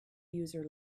user